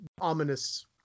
ominous